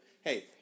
Hey